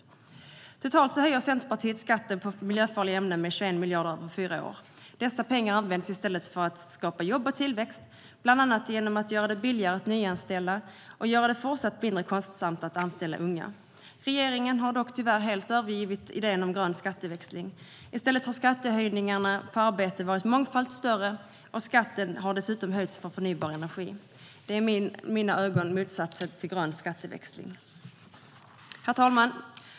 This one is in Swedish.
Totalt höjer Centerpartiet skatten på miljöfarliga ämnen med 21 miljarder över fyra år. Dessa pengar används i stället till att skapa jobb och tillväxt, bland annat genom att göra det billigare att nyanställa och göra det fortsatt mindre kostsamt att anställa unga. Regeringen har dock tyvärr helt övergivit idén om grön skatteväxling. I stället har skattehöjningarna på arbete varit mångfalt större. Dessutom har skatten höjts på förnybar energi. Det är i mina ögon motsatsen till grön skatteväxling. Herr talman!